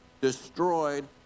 destroyed